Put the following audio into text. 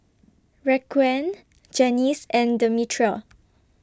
Raquan Janis and Demetria